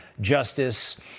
justice